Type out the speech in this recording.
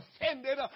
offended